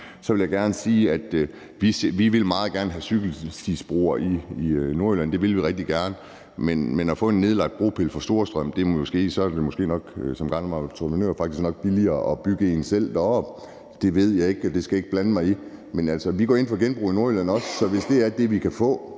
så vil jeg gerne sige, at vi meget gerne vil have cykelstibrugere i Nordjylland – det vil vi rigtig gerne – men med hensyn til at få en nedlagt bropille fra Storstrømsbroen vil jeg måske nok som gammel entreprenør sige, at det faktisk er billigere at bygge en selv deroppe. Det ved jeg ikke, og det skal jeg ikke blande mig i. Men altså, vi går også ind for genbrug i Nordjylland, så hvis det er det, vi kan få,